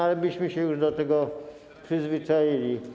Ale myśmy się już do tego przyzwyczaili.